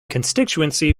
constituency